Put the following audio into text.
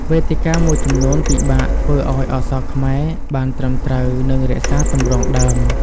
វេទិកាមួយចំនួនពិបាកធ្វើឱ្យអក្សរខ្មែរបានត្រឹមត្រូវ និងរក្សាទម្រង់ដើម។